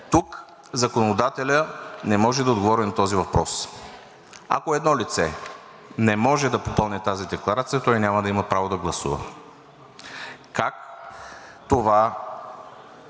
Тук законодателят не може да отговори на този въпрос. Ако едно лице не може да попълни тази декларация, то няма да има право да гласува. Как се